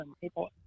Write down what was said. People